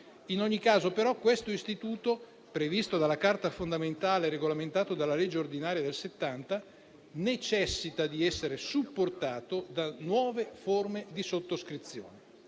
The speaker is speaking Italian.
In ogni caso però questo istituto, previsto dalla Carta fondamentale e regolamentato dalla legge ordinaria del 1970, necessita di essere supportato da nuove forme di sottoscrizione.